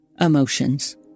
emotions